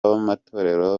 b’amatorero